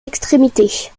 extrémités